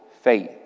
faith